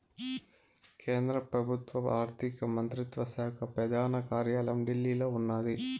కేంద్ర పెబుత్వ ఆర్థిక మంత్రిత్వ శాక పెదాన కార్యాలయం ఢిల్లీలో ఉన్నాది